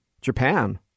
Japan